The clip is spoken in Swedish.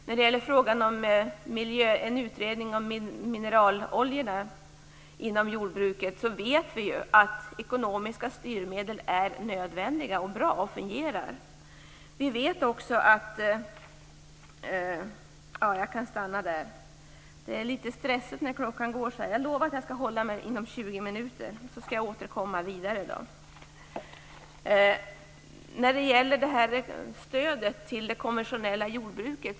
När det gäller frågan om en utredning av mineraloljorna inom jordbruket vet vi att ekonomiska styrmedel är nödvändiga och bra och att de fungerar. Vi i Vänsterpartiet tycker att det är nödvändigt att få ett konventionellt stöd till jordbruket.